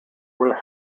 were